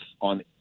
on